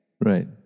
Right